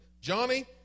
Johnny